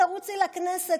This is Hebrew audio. תרוצי לכנסת,